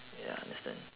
ya understand